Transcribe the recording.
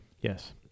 Yes